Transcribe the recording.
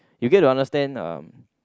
you get to understand uh